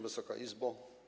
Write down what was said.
Wysoka Izbo!